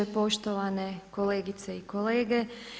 Poštovane kolegice i kolege.